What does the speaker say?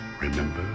remember